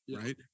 Right